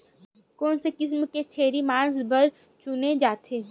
कोन से किसम के छेरी मांस बार चुने जाथे?